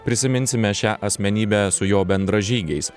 prisiminsime šią asmenybę su jo bendražygiais